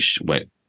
went